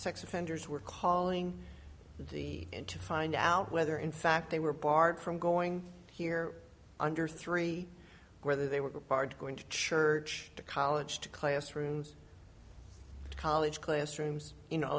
sex offenders were calling in to find out whether in fact they were barred from going here under three whether they were barred going to church to college to classrooms to college classrooms you know